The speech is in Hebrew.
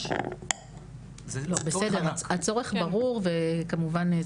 הצורך ברור לגמרי.